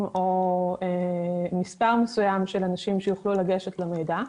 או מספר מסוים של אנשים שיוכלו לגשת למידע.